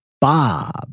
Bob